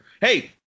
hey